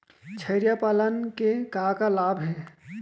छेरिया पालन के का का लाभ हे?